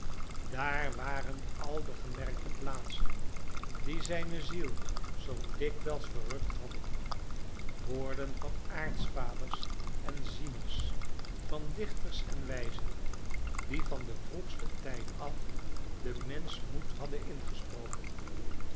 daar waren al de gemerkte plaatsen die zijne ziel zoo dikwijls verrukt hadden woorden van aartsvaders en zieners van dichters en wijzen die van den vroegsten tijd af den mensch moed hadden ingesproken stemmen